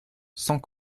sans